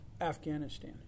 Afghanistan